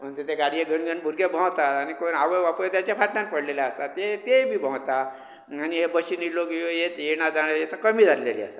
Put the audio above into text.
ते गाडयो घेवन घेवन भुरगे भोंवतात आनी कोण आवय बापूय तेंच्या फाटल्यान पडलेलीं आसता तीं तें बी भोंवता आनी हे बशींनी लोक येत् येयना जावन आतां कमी जाल्लेलीं आसा